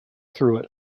through